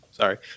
Sorry